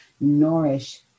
nourish